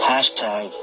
Hashtag